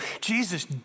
Jesus